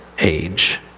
age